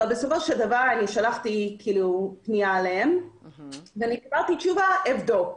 אבל בסופו של דבר שלחתי אליהם פנייה וקיבלתי תשובה: נבדוק.